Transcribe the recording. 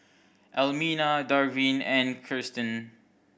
Elmina Darvin and Kiersten